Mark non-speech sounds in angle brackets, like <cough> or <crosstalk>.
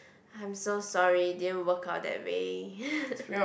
I'm so sorry didn't work out that way <laughs>